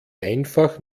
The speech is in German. einfach